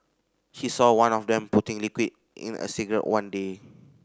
she saw one of them putting liquid in a cigarette one day